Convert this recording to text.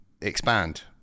expand